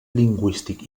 lingüístic